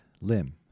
limb